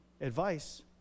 advice